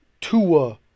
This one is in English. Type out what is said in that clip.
Tua